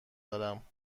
دارم